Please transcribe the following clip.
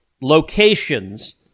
locations